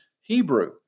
Hebrew